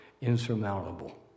insurmountable